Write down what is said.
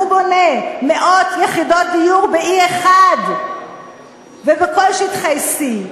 הוא בונה מאות יחידות דיור ב-E1 ובכל שטחי C,